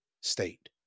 state